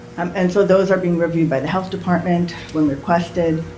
um and so, those are being reviewed by the health department when requested.